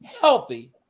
healthy